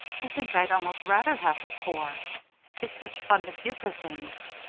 i think i'd almost rather have her poor it's such fun to give her things.